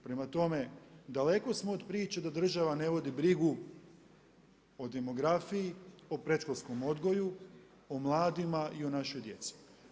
Prema tome daleko smo od priče da država ne vodi brigu o demografiji, o predškolskom odgoju, o mladima i o našoj djeci.